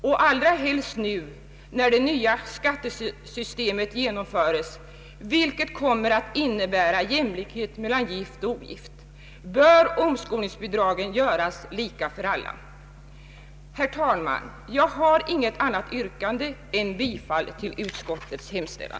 Särskilt mot bakgrund av det nya skattesystemet, som kommer att innebära jämlikhet mellan gift och ogift, bör omskolningsbidragen göras lika för alla. Herr talman! Jag har inget annat yrkande än bifall till utskottets hemställan.